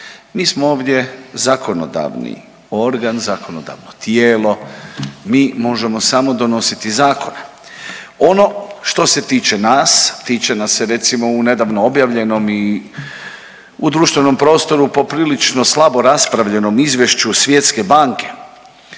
Mi smo ovdje zakonodavni organ, zakonodavno tijelo, mi možemo samo donositi zakone. Ono što se tiče nas, tiče nas se recimo u nedavno objavljenom i u društvenom prostoru poprilično slabo raspravljenom izvješću Svjetske banke